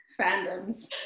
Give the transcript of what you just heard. fandoms